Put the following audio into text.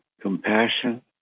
compassion